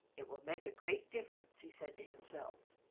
it will make a great difference, he said to himself.